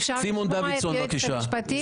אפשר לשמוע את היועצת המשפטית?